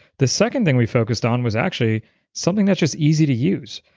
the second thing we focused on was actually something that's just easy to use,